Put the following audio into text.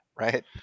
right